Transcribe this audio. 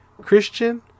Christian